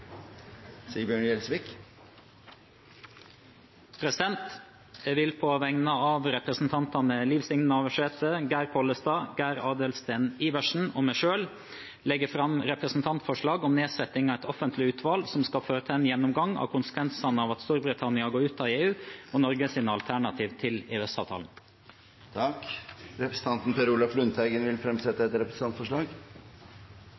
Sigbjørn Gjelsvik vil fremsette et representantforslag. Jeg vil på vegne av representantene Liv Signe Navarsete, Geir Pollestad, Geir Adelsten Iversen og meg selv legge fram representantforslag om nedsetting av et offentlig utvalg som skal foreta en gjennomgang av konsekvensene av at Storbritannia går ut av EU og Norges alternativ til EØS-avtalen. Representanten Per Olaf Lundteigen vil fremsette